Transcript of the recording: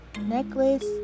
necklace